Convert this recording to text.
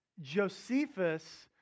Josephus